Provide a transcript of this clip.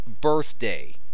birthday